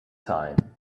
time